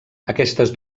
aquestes